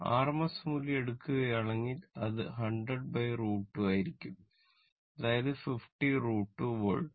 RMS മൂല്യം എടുക്കുകയാണെങ്കിൽ അത് 100√ 2 ആയിരിക്കും അതായത് 50 √ 2 വോൾട്ട്